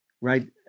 right